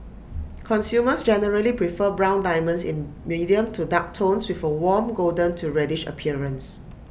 consumers generally prefer brown diamonds in medium to dark tones with A warm golden to reddish appearance